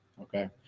okay